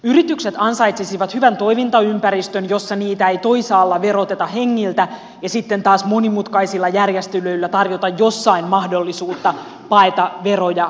yritykset ansaitsisivat hyvän toimintaympäristön jossa niitä ei toisaalta veroteta hengiltä ja sitten taas monimutkaisilla järjestelyillä tarjota jossain mahdollisuutta paeta veroja kokonaan